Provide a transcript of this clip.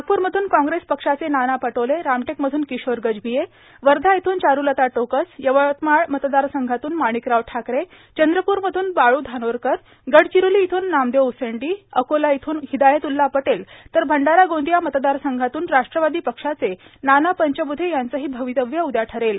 नागपूर मधून कांग्रेस पक्षाचे नाना पटोले रामटेक मधून किशोर गर्जाभये वधा मधून चारुलता टोकस यवतमाळ मतदार संघातून मार्गणकराव ठाकरे चंद्रपूर मधून बाळू धानोरकर गर्डाचरोला मधून नामदेव उसडी अकोला मधून हिदायतुल्ला पटेल तर भंडारा गोंदिया मतदार संघातून राष्ट्रवादो पक्षाचे नाना पंचबुधे यांचही र्भावतव्य उदया ठरेल